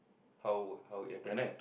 how how it happen